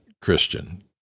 Christian